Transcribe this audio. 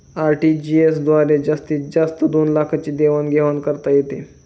RTGS द्वारे जास्तीत जास्त दोन लाखांची देवाण घेवाण करता येते